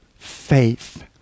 Faith